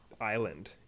island